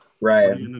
Right